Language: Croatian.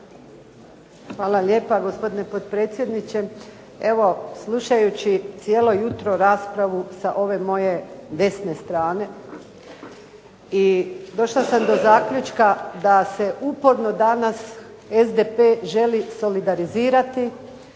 Hvala lijepa gospodine potpredsjedniče.